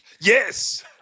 Yes